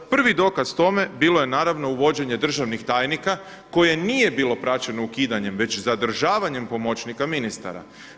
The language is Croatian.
Prvi dokaz tome bilo je naravno uvođenje državnih tajnika koje nije bilo praćeno ukidanjem već zadržavanjem pomoćnika ministara.